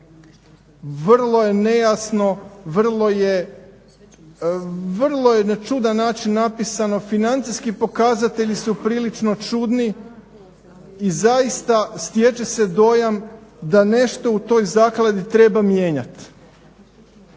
Vrlo je nejasno, vrlo je na čudan način napisano. Financijski pokazatelji su prilično čudni i zaista stječe se dojam da nešto u toj Zakladi treba mijenjat